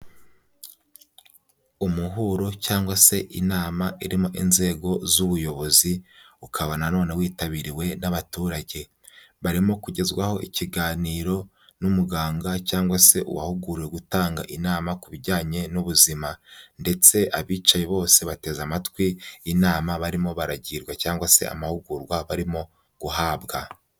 Umuhuro cyangwa se inama irimo inzego z'ubuyobozi, ukaba nanone witabiriwe n'abaturage, barimo kugezwaho ikiganiro n'umuganga cyangwa se uwahuguwe gutanga inama ku bijyanye n'ubuzima ndetse abicaye bose bateze amatwi inama barimo baragirwa cyangwa se amahugurwa barimo guhabwa.